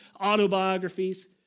autobiographies